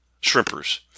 shrimpers